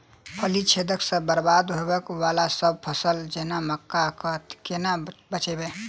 फली छेदक सँ बरबाद होबय वलासभ फसल जेना मक्का कऽ केना बचयब?